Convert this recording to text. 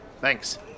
Thanks